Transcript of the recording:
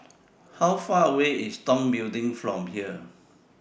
How Far away IS Tong Building from here